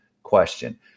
Question